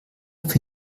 für